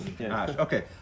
Okay